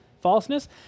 falseness